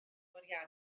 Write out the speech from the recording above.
agoriadol